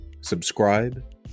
subscribe